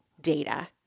data